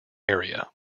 area